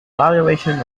valuation